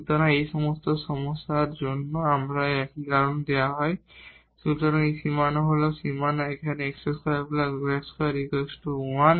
সুতরাং এই সমস্ত সমস্যার মধ্যে আমাদের এমন একটি কারণ দেওয়া হয় সুতরাং এই বাউন্ডারি হল বাউন্ডারি এখানে x2 y2 1